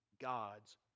God's